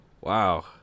Wow